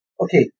Okay